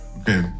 Okay